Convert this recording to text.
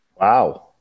Wow